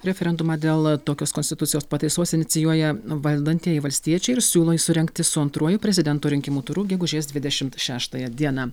referendumą dėl tokios konstitucijos pataisos inicijuoja valdantieji valstiečiai ir siūlai jį surengti su antruoju prezidento rinkimų turu gegužės dvidešimt šeštąją dieną